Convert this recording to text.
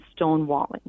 stonewalling